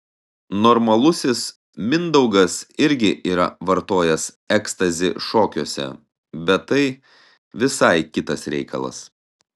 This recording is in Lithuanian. normalusis mindaugas irgi yra vartojęs ekstazį šokiuose bet tai visai kitas reikalas